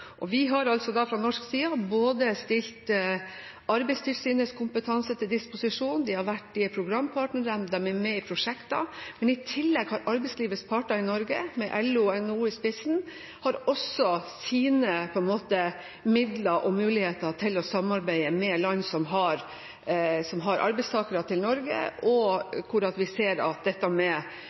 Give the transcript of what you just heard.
prioritere. Vi har fra norsk side stilt Arbeidstilsynets kompetanse til disposisjon. De er programpartnere, de er med i prosjekter. I tillegg har arbeidslivets parter i Norge, med LO og NHO i spissen, også sine midler og muligheter til å samarbeide med land som har arbeidstakere til Norge, og hvor vi ser at konkurranse og lønns- og arbeidsvilkår er viktig å sikre, og også helse, miljø og sikkerhet. Så dette